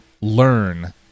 learn